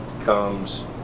comes